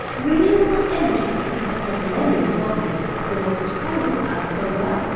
renewable energy can come from many sources. the most common are solar,